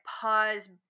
pause